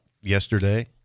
yesterday